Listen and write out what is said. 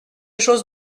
chose